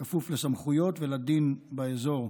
כפוף לסמכויות ולדין באזור.